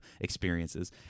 experiences